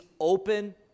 open